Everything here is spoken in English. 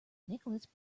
nicholas